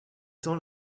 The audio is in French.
temps